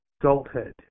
adulthood